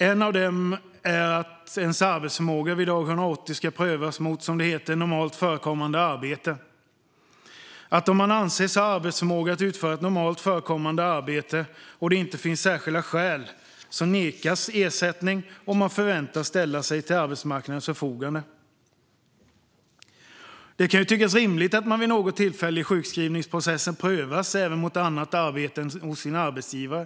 En av dem är att ens arbetsförmåga vid dag 180 ska prövas mot, som det heter, normalt förekommande arbete. Om man anses ha arbetsförmåga att utföra ett normalt förekommande arbete och det inte finns några särskilda skäl nekas man ersättning och förväntas ställa sig till arbetsmarknadens förfogande. Det kan ju tyckas rimligt att man vid något tillfälle i sjukskrivningsprocessen prövas även mot annat arbete än hos sin arbetsgivare.